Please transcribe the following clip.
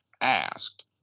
asked